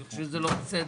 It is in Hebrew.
אני חושב שזה לא בסדר.